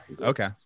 Okay